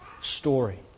story